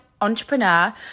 entrepreneur